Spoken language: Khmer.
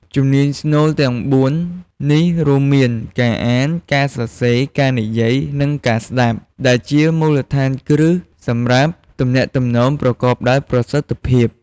ជំនាញស្នូលទាំងបួននេះ រួមមាន ការអាន ការសរសេរ ការនិយាយ និង ការស្ដាប់ ដែលជាមូលដ្ឋានគ្រឹះសម្រាប់ទំនាក់ទំនងប្រកបដោយប្រសិទ្ធភាព។